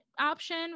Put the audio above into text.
option